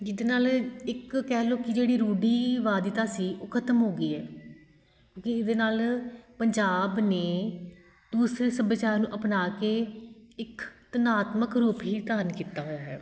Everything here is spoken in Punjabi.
ਜਿਹਦੇ ਨਾਲ ਇੱਕ ਕਹਿ ਲਉ ਕਿ ਜਿਹੜੀ ਰੂੜੀਵਾਦਤਾ ਸੀ ਉਹ ਖਤਮ ਹੋ ਗਈ ਹੈ ਕਿਉਂਕਿ ਇਹਦੇ ਨਾਲ ਪੰਜਾਬ ਨੇ ਦੂਸਰੇ ਸੱਭਿਆਚਾਰ ਨੂੰ ਅਪਣਾ ਕੇ ਇੱਕ ਧਨਾਤਮਕ ਰੂਪ ਹੀ ਧਾਰਨ ਕੀਤਾ ਹੋਇਆ ਹੈ